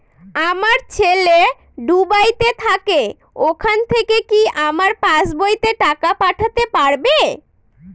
আমার ছেলে দুবাইতে থাকে ওখান থেকে কি আমার পাসবইতে টাকা পাঠাতে পারবে?